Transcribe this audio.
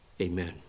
amen